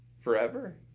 Forever